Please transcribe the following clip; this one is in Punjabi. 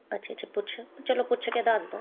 ਅੱਛਾ ਅੱਛਾ ਪੁੱਛ ਚਲੋ ਪੁੱਛ ਕੇ ਦੱਸ ਦਿਉ